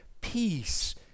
peace